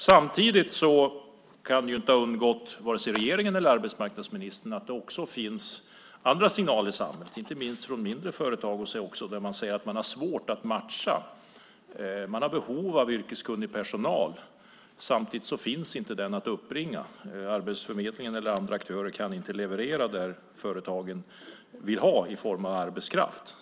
Samtidigt kan det inte ha undgått vare sig regeringen eller arbetsmarknadsministern att det också finns andra signaler i samhället, inte minst från mindre företag, där man säger att man har svårt att matcha. Man har behov av yrkeskunnig personal. Samtidigt finns inte denna att uppbringa. Arbetsförmedlingen och andra aktörer kan inte leverera det företagen vill ha i form av arbetskraft.